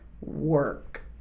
work